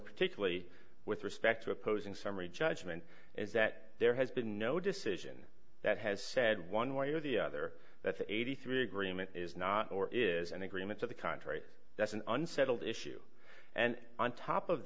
particularly with respect to opposing summary judgment is that there has been no decision that has said one way or the other that eighty three agreement is not or is an agreement to the contrary that's an unsettled issue and on top of